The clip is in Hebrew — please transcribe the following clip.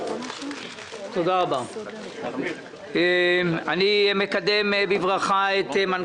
אני מקדם בברכה את אביגדור קפלן,